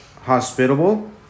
hospitable